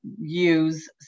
use